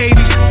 80s